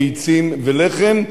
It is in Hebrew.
ביצים ולחם.